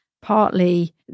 partly